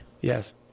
Yes